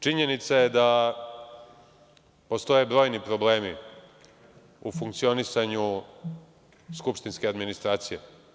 Činjenica je da postoje brojni problemi u funkcionisanju skupštinske administracije.